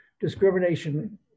discrimination